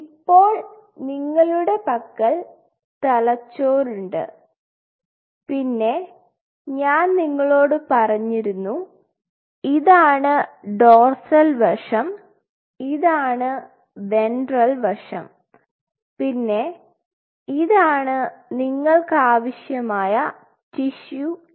ഇപ്പോൾ നിങ്ങളുടെ പക്കൽ തലച്ചോർ ഉണ്ട് പിന്നെ ഞാൻ നിങ്ങളോട് പറഞ്ഞിരുന്നു ഇതാണ് ഡോർസൽ വശം ഇതാണ് വെൻട്രൽ വശം പിന്നെ ഇതാണ് നിങ്ങൾക്ക് ആവശ്യമായ ടിഷു എന്നും